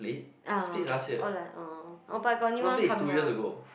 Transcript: ah or like oh but got new one coming out